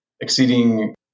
exceeding